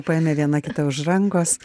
paėmė viena kita už rankos